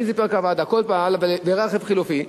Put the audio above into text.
ה"איזי פארק" עבד, הכול פעל, אבל ברכב חלופי.